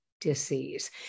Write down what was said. disease